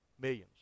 millions